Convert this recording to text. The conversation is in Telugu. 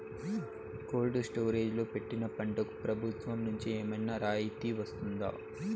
కోల్డ్ స్టోరేజ్ లో పెట్టిన పంటకు ప్రభుత్వం నుంచి ఏమన్నా రాయితీ వస్తుందా?